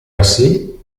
grassi